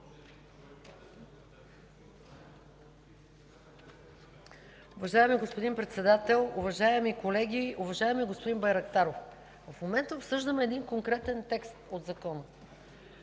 Уважаеми господин Председател, уважаеми колеги! Уважаеми господин Байрактаров, в момента обсъждаме един конкретен текст от Закона.